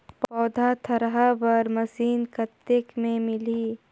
पौधा थरहा बर मशीन कतेक मे मिलही?